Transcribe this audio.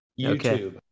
YouTube